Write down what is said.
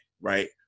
right